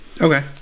Okay